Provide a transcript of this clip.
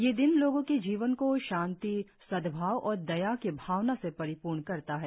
यह दिन लोगों के जीवन को शांति सद्भाव और दया की भावना से परिपूर्ण करता है